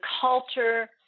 culture